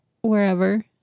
wherever